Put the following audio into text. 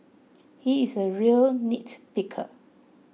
he is a real nitpicker